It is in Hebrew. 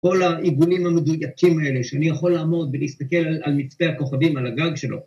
כל העיגונים המדויקים האלה שאני יכול לעמוד ולהסתכל על מצפי הכוכבים על הגג שלו.